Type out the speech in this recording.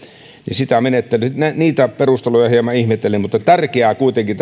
niitä perusteluja hieman ihmettelen tärkeää kuitenkin